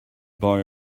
buy